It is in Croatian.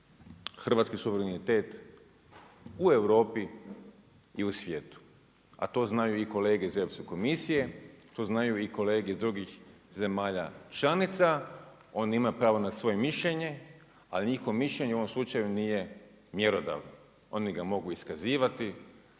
hrvatski suverenitet u Europi i u svijetu, a to znaju i kolege iz Europske komisije, to znaju i kolege iz drugih zemalja članica. Oni imaju pravo na svoje mišljenje a njihovo mišljenje u ovom slučaju nije mjerodavno. Oni ga mogu iskazivati,